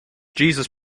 jesus